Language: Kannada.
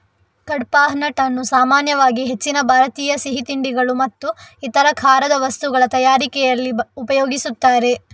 ಕಡ್ಪಾಹ್ನಟ್ ಅನ್ನು ಸಾಮಾನ್ಯವಾಗಿ ಹೆಚ್ಚಿನ ಭಾರತೀಯ ಸಿಹಿ ತಿಂಡಿಗಳು ಮತ್ತು ಇತರ ಖಾರದ ವಸ್ತುಗಳ ತಯಾರಿಕೆನಲ್ಲಿ ಉಪಯೋಗಿಸ್ತಾರೆ